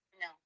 No